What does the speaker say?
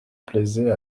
plaisaient